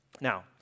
Now